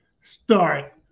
start